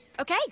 okay